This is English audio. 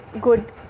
good